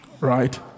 Right